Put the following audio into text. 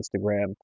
Instagram